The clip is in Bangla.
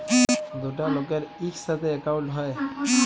দুটা লকের ইকসাথে একাউল্ট হ্যয়